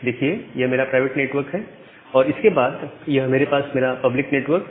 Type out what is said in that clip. देखिए यह मेरा प्राइवेट नेटवर्क है और इसके बाद यह मेरे पास मेरा पब्लिक नेटवर्क है